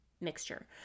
mixture